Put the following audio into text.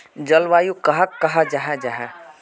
जलवायु कहाक कहाँ जाहा जाहा?